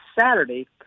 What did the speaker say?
Saturday